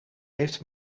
heeft